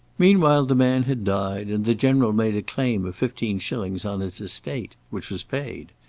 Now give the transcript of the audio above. meanwhile the man had died, and the general made a claim of fifteen shillings on his estate, which was paid.